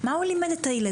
מה הוא לימד את הילדים.